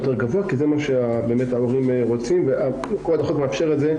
גבוה כי זה מה שההורים רוצים וכל עוד החוק מאפשר את זה,